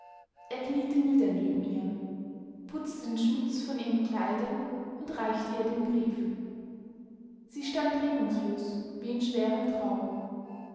er kniete nieder neben ihr putzte den schmutz von ihren kleidern und reichte ihr den brief sie stand regungslos wie in schwerem traum